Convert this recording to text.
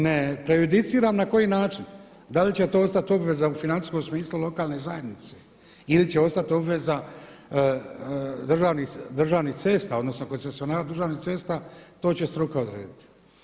Ne prejudiciram na koji način, da li će to ostati obveza u financijskom smislu lokalne zajednice ili će ostati obveza državnih cesta, odnosno koncesionara državnim cesta to će struka odrediti.